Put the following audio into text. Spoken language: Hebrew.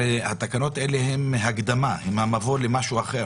התקנות האלה הן הקדמה, הן המבוא למשהו אחר